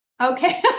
Okay